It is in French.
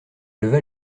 leva